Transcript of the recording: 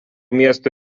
miesto